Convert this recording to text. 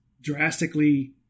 drastically